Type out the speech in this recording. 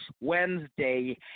Wednesday